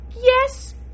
Yes